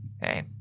hey